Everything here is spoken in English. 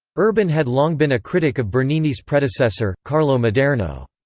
urban had long been a critic of bernini's predecessor, carlo maderno.